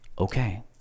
okay